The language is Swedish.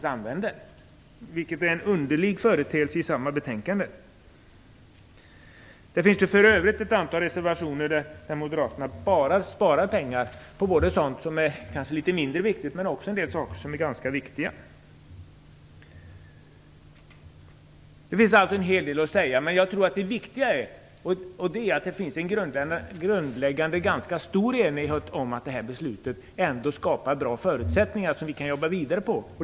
Det är litet underligt. Det finns för övrigt ett antal reservationer där Moderaterna vill spara på sådant som är litet mindre viktigt men också på sådant som är ganska viktigt. Det finns alltså en hel del att säga i detta sammanhang, men det viktiga är att det finns en grundläggande ganska stor enighet om att beslutet kommer att skapa bra förutsättningar som vi sedan kan arbeta vidare på.